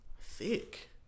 Thick